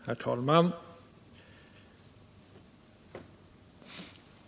Herr talman!